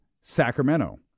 Sacramento